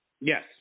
Yes